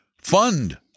fund